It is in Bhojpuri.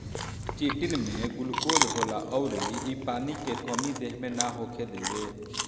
चिटिन में गुलकोज होला अउर इ पानी के कमी देह मे ना होखे देवे